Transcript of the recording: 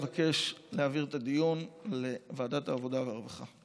אבקש להעביר את הדיון לוועדת העבודה והרווחה.